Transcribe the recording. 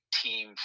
team